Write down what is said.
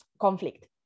conflict